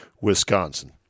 Wisconsin